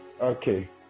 Okay